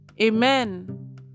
Amen